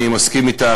אני מסכים אתך,